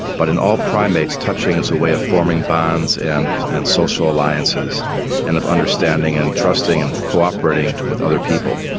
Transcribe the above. but in all primates touching is a way of forming bonds and and social alliances and of understanding and trusting and co-operating with other people.